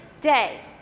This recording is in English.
day